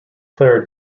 player